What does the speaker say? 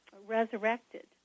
resurrected